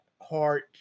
heart